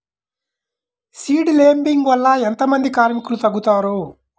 Seed లేంబింగ్ వల్ల ఎంత మంది కార్మికులు తగ్గుతారు?